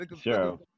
Sure